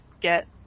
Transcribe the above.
get